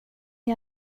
jag